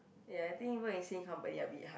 ya I think work in same company a bit hard